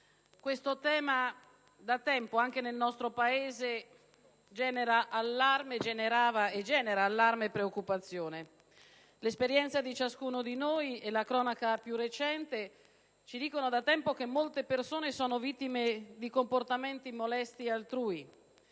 Questo tema da tempo, anche nel nostro Paese, generava e genera allarme e preoccupazione. L'esperienza di ciascuno di noi e la cronaca più recente ci dicono da tempo che molte persone sono vittime di comportamenti molesti altrui